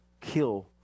kill